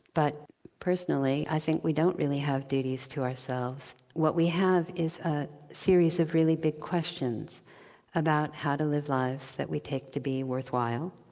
but personally, i think we don't really have duties to ourselves. what we have is a series of really big questions about how to live lives that we take to be worthwhile,